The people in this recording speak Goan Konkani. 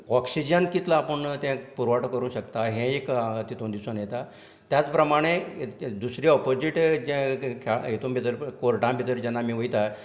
ऑक्सीजन कितलो आपूण त्या पुरवठो करूंक शकता हे एक तितूंत दिसून येता त्याच प्रमाणे दुसरें ओपोसीट जे हेतू भितर कोर्टा भितर जेन्ना आमी वयता